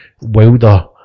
Wilder